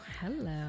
hello